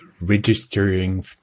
registering